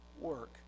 work